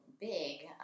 big